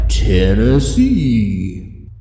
Tennessee